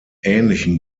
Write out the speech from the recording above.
ähnlichen